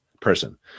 person